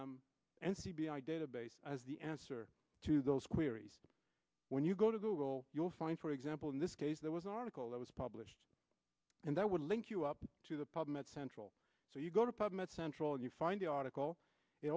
and c b i database as the answer to those queries when you go to google you'll find for example in this case there was an article that was published and that would link you up to the problem at central so you go to public at central and you find the article it